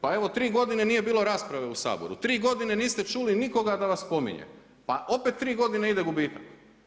Pa evo 3 godine nije bilo rasprave u Saboru, 3 godine niste čuli nikoga da vas spominje pa opet 3 godine ide gubitak.